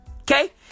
Okay